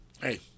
hey